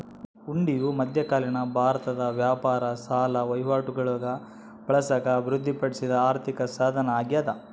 ಹುಂಡಿಯು ಮಧ್ಯಕಾಲೀನ ಭಾರತದ ವ್ಯಾಪಾರ ಸಾಲ ವಹಿವಾಟುಗುಳಾಗ ಬಳಸಾಕ ಅಭಿವೃದ್ಧಿಪಡಿಸಿದ ಆರ್ಥಿಕಸಾಧನ ಅಗ್ಯಾದ